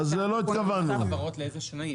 מס חברות לאיזה שנים,